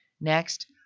Next